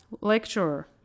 lecturer